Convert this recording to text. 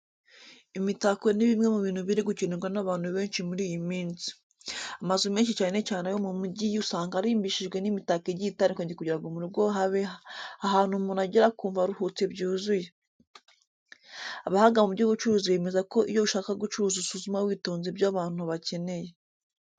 Imitako ni bimwe mu bintu biri gukenerwa n'abantu benshi muri iyi minsi. Amazu menshi cyane cyane ayo mu mijyi usanga arimbishijwe n'imitako igiye itandukanye kugira ngo mu rugo habe ahantu umuntu agera akumva aruhutse byuzuye. Abahanga mu by'ubucuruzi bemeza ko iyo ushaka gucuruza usuzuma witonze icyo abantu bakeneye.